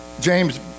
james